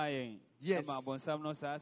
Yes